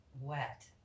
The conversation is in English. wet